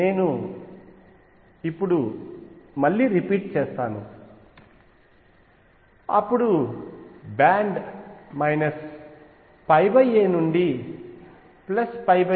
నేను ఇప్పుడు మళ్ళీ రిపీట్ చేస్తాను అప్పుడు బ్యాండ్ a నుండి a